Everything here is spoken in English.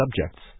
subjects